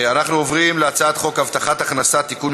אנחנו עוברים להצעת חוק עבודת נשים